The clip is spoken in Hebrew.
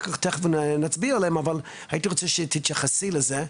הייתי רוצה שתתייחסי לזה.